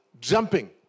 jumping